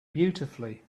beautifully